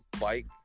bike